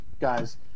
guys